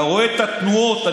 אתה רואה את התנועות.